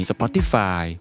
Spotify